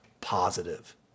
positive